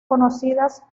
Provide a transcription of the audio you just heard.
conocidas